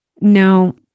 No